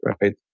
right